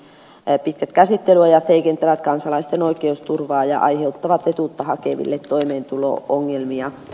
pitkät käsittelyajat heikentävät kansalaisten oikeusturvaa ja aiheuttavat etuutta hakeville toimeentulo ongelmia